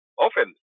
often